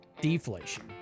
deflation